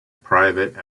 private